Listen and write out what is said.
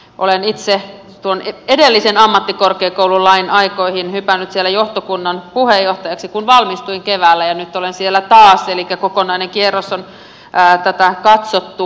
olen itse tuon edellisen ammattikorkeakoululain aikoihin hypännyt siellä johtokunnan puheenjohtajaksi kun valmistuin keväällä ja nyt olen siellä taas elikkä kokonainen kierros on tätä katsottu